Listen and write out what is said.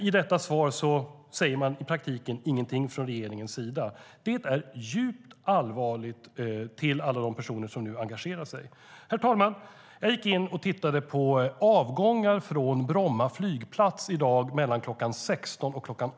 I detta svar sägs det i praktiken ingenting från regeringens sida. Det är djupt allvarligt för alla de personer som nu engagerar sig. Herr talman! Jag gick in och tittade på avgångar från Bromma flygplats i dag mellan kl. 16 och kl.